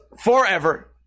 forever